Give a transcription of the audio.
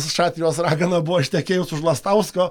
šatrijos ragana buvo ištekėjus už lastausko